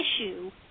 issue